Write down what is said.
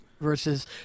versus